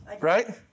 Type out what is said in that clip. right